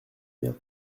bien